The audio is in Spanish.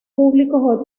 públicos